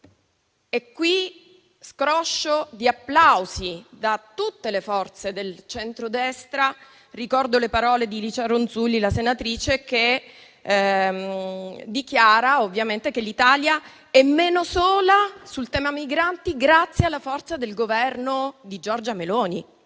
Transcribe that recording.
E qui scroscio di applausi da tutte le forze del centrodestra. Ricordo le parole della senatrice Licia Ronzulli, che dichiarò ovviamente che l'Italia era meno sola sul tema migranti grazie alla forza del Governo di Giorgia Meloni.